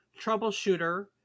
Troubleshooter